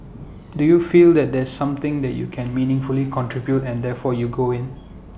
do you feel that there's something that you can meaningfully contribute and therefore you go in